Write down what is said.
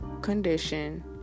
condition